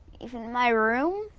even my room?